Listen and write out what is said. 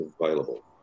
available